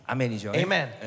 Amen